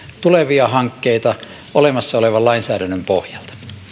tulevia hankkeita olemassa olevan lainsäädännön pohjalta